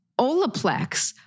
Olaplex